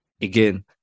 Again